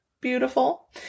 beautiful